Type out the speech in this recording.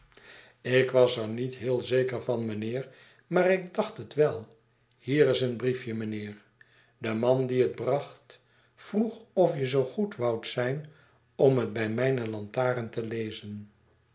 ik was er niet heel zeker van mijnheer maar ik dacht het wel hier is een briefje mijnheer de man die het bracht vroeg of je zoo goed woudt zijn om het bij mijne lantaren te lezen